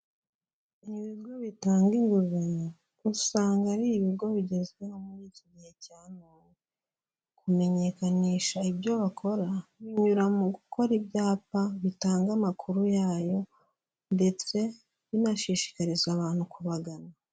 Ibigo bitanga inguzanyo, usanga ari ibigo bigezweho muri iki gihe cya none. Kumenyekanisha ibyo bakora binyura mu gukora ibyapa bitanga amakuru yayo, ndetse binashishikariza abantu kubagana.